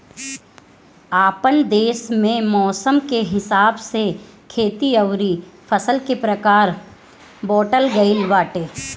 आपन देस में मौसम के हिसाब से खेती अउरी फसल के प्रकार बाँटल गइल बाटे